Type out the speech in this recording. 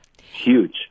Huge